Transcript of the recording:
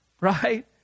right